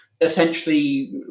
essentially